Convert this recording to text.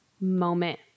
moment